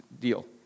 deal